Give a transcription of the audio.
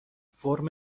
فرم